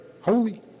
holy